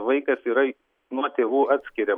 vaikas yra nuo tėvų atskiriamas